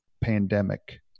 pandemic